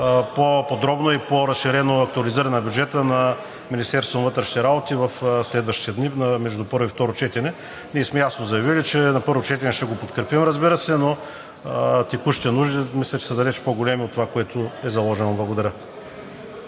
по-подробното и по-разширеното актуализиране на бюджета на Министерството на вътрешните работи в следващите дни между първо и второ четене. Ние ясно сме заявили, че между първо и второ четене ще го подкрепим, разбира се, но текущите нужди мисля, че са далеч по големи от това, което е заложено. Благодаря.